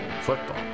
football